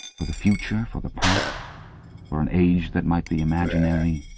for the future, for the past for an age that might be imaginary.